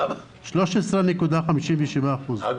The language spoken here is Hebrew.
אנחנו